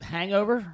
Hangover